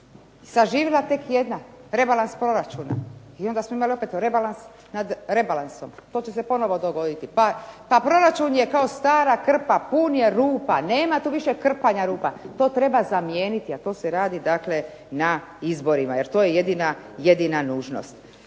zaživjela tek jedna, rebalans proračuna i onda smo imali opet rebalans nad rebalansom, to će se ponovo dogoditi. Pa proračun je kao stara krpa, pun je rupa, nema tu više krpanja rupa, to treba zamijeniti, a to se radi dakle na izborima jer to jedina nužnost.